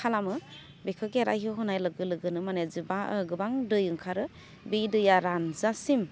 खालामो बेखौ खेराहियाव होनाय लोगो लोगोनो माने जोबा गोबां दै ओंखारो बे दैया रानजासिम